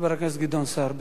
חבר הכנסת גדעון סער.